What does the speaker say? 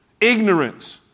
Ignorance